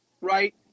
right